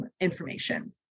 information